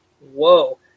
whoa